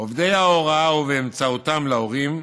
עובדי ההוראה, ובאמצעותם, של ההורים.